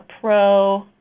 pro-